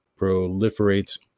proliferates